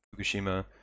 Fukushima